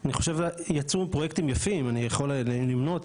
אני חושב יצאו פרויקטים יפים אני יכול למנות,